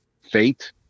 fate